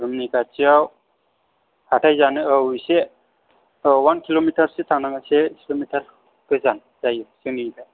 रुमनि खाथियाव हाथाय जानो औ एसे औ अवान किल'मिटार सो थांनांगोन से किल'मिटार गोजान जायो जोंनिफ्राय